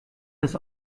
das